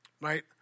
right